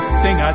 sing